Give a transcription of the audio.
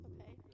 okay